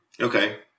Okay